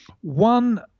one